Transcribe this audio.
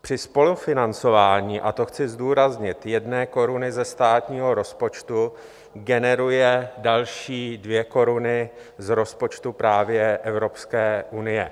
Při spolufinancování a to chci zdůraznit 1 koruny ze státního rozpočtu generuje další 2 koruny z rozpočtu právě Evropské unie.